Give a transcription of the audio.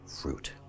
fruit